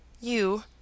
You